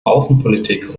außenpolitik